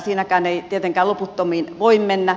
siinäkään ei tietenkään loputtomiin voi mennä